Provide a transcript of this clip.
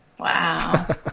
wow